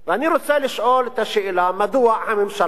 אני רוצה לשאול את השאלה מדוע הממשלה,